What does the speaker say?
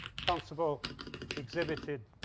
constable exhibited,